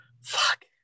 fuck